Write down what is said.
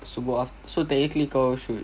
subuh so technically kau should